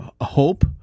hope